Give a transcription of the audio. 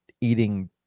eating